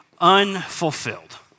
unfulfilled